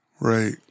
Right